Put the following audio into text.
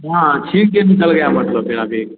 हाँ छीन के निकल गया मतलब मेरा बेग